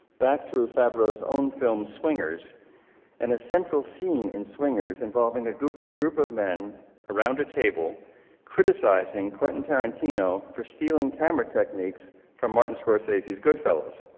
back through favreau's own film swingers and a central scene in swingers involving a group group of men around a table criticizing quentin tarantino for stealing camera techniques from martin scorsese's goodfellas.